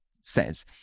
says